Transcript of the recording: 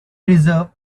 deserve